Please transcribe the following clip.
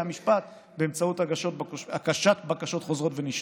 המשפט באמצעות הגשת בקשות חוזרות ונשנות.